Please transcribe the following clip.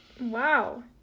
wow